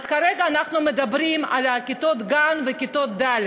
אז כרגע אנחנו מדברים על כיתות גן וכיתות ד'.